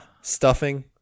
Stuffing